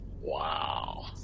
Wow